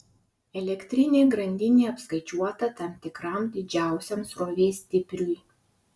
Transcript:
elektrinė grandinė apskaičiuota tam tikram didžiausiam srovės stipriui